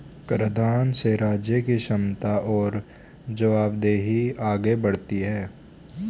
कराधान से राज्य की क्षमता और जवाबदेही आगे बढ़ती है